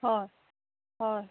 হয় হয়